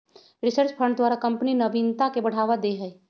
research fund द्वारा company नविनता के बढ़ावा दे हइ